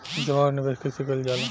जमा और निवेश कइसे कइल जाला?